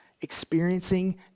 experiencing